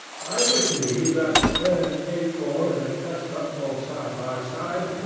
i perceive that, when an acorn and a chestnut fall side by side,